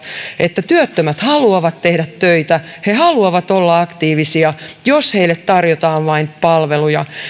että työttömät haluavat tehdä töitä he haluavat olla aktiivisia jos heille vain tarjotaan palveluja